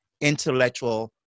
intellectual